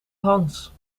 hans